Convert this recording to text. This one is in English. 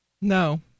No